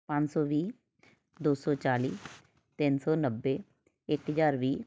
ਪੰਜ ਸੌ ਵੀਹ ਦੋ ਸੌ ਚਾਲੀ ਤਿੰਨ ਸੌ ਨੱਬੇ ਇੱਕ ਹਜ਼ਾਰ ਵੀਹ